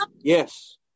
Yes